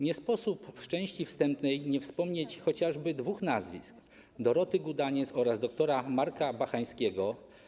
Nie sposób w części wstępnej nie wspomnieć chociażby dwóch nazwisk: Doroty Gudaniec oraz dr. Marka Bachańskiego.